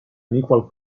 unequal